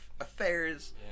affairs